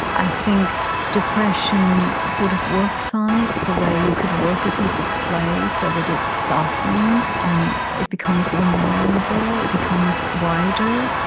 i think depression sort of works on it the way you could work a piece of clay, so that it softens, and it becomes more malleable. it becomes wider.